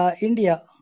India